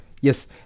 yes